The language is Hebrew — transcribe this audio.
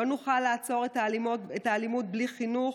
לא נוכל לעצור את האלימות בלי חינוך,